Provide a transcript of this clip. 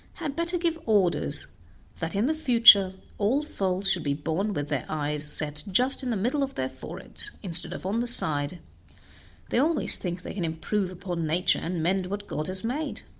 had better give orders that in the future all foals should be born with their eyes set just in the middle of their foreheads, instead of on the side they always think they can improve upon nature and mend what god has made.